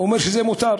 אומר שזה מותר,